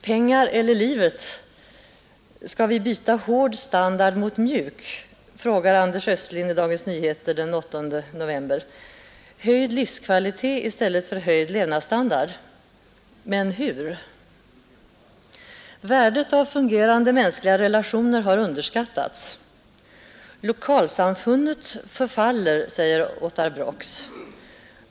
”Pengar eller livet, skall vi byta hård standard mot mjuk?” frågar Anders Östlind i Dagens Nyheter den 8 november. Höjd livskvalitet i stället för höjd levnadsstandard. Men hur? Värdet av fungerande mänskliga relationer har underskattats. ”Lokalsamfunnet” förfaller, säger Ottar Brox.